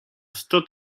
sto